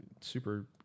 super